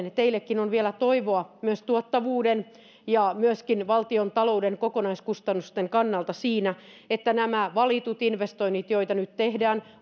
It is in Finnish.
että teillekin on vielä toivoa myös tuottavuuden ja valtiontalouden kokonaiskustannusten kannalta siinä että nämä valitut investoinnit joita nyt tehdään